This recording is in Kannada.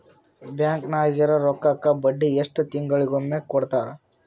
ಬ್ಯಾಂಕ್ ನಾಗಿರೋ ರೊಕ್ಕಕ್ಕ ಬಡ್ಡಿ ಎಷ್ಟು ತಿಂಗಳಿಗೊಮ್ಮೆ ಕೊಡ್ತಾರ?